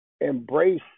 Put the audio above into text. embrace